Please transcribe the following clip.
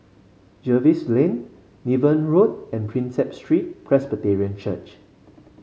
Jervois Lane Niven Road and Prinsep Street Presbyterian Church